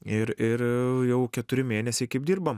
ir ir jau keturi mėnesiai kaip dirbam